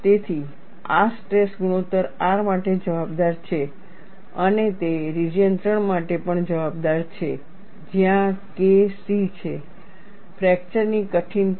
તેથી આ સ્ટ્રેસ ગુણોત્તર R માટે જવાબદાર છે અને તે રિજિયન 3 માટે પણ જવાબદાર છે જ્યાં K c છે ફ્રેકચર ની કઠિનતા